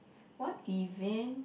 what event